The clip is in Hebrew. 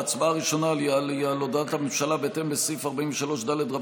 ההצבעה הראשונה היא על הודעת הממשלה בהתאם לסעיף 43ד(ו)